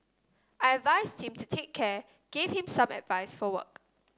I advised him to take care gave him some advice for work